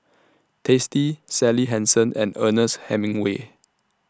tasty Sally Hansen and Ernest Hemingway